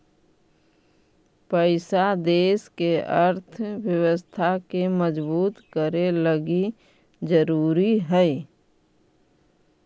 पैसा देश के अर्थव्यवस्था के मजबूत करे लगी ज़रूरी हई